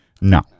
no